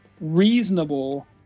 reasonable